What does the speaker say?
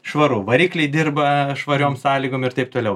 švaru varikliai dirba švariom sąlygom ir taip toliau